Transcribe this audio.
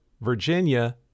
Virginia